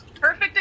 Perfect